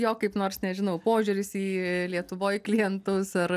jo kaip nors nežinau požiūris į lietuvoj klientus ar